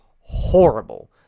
horrible